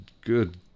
good